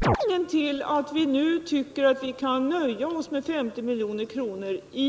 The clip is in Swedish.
Herr talman! Får jag först ta upp frågan om anslag till boendemiljön. Det är